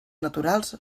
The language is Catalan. naturals